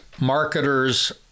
marketers